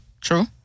True